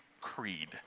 creed